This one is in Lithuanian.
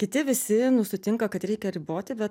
kiti visi nu sutinka kad reikia riboti bet